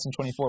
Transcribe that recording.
2024